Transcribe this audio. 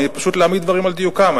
אני, פשוט להעמיד דברים על דיוקם.